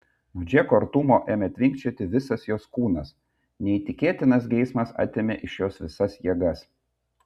nuo džeko artumo ėmė tvinkčioti visas jos kūnas neįtikėtinas geismas atėmė iš jos visas jėgas